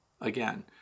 Again